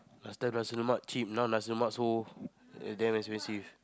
last time nasi-lemak cheap now nasi-lemak so damn expensive